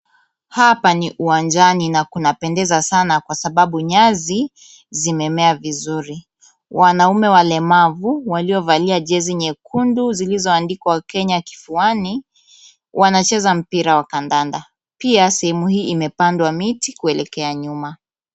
Hapa ni uwanjani na kunapendeza sana kwa sababu nyasi zimemea vizuri. Wanaume walemavu waliovalia jezi nyekundu zilizoandikwa Kenya kifuani, wanacheza mpira wa kandanda. Pia sehemu hii imepandwa miti kuelekea nyuma.